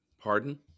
pardon